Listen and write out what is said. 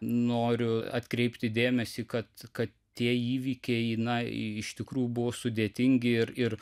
noriu atkreipti dėmesį kad kad tie įvykiai na iš tikrųjų buvo sudėtingi ir ir